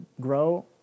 grow